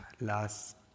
last